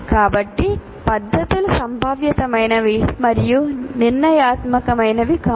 కాబట్టి పద్ధతులు సంభావ్యతమైనవి మరియు నిర్ణయాత్మకమైనవి కావు